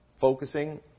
focusing